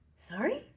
sorry